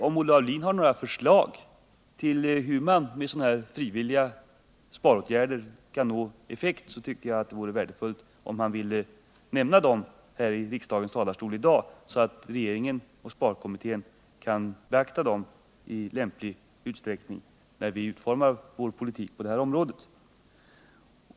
Om Olle Aulin har några förslag till hur man med sådana frivilliga sparåtgärder kan nå effekt, vore det värdefullt om han i dag ville nämna dem här i riksdagens talarstol, så att regeringen och sparkommittén vid utformningen av vår politik på det här området i lämplig utsträckning kan beakta dessa åtgärder.